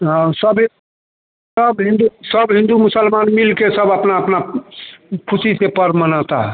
हम सब यह सब हिन्दू सब हिन्दू मुसलमान मिलकर सब अपना अपना ख़ुशी से पर्व मनाते हैं